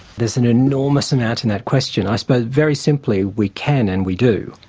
there's an enormous amount in that question. i suppose, very simply, we can and we do.